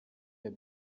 der